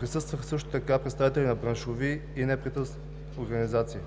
Присъстваха също представители на браншови и неправителствени организации.